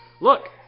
Look